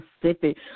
Pacific